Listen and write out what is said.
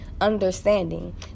understanding